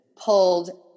pulled